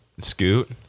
Scoot